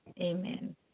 Amen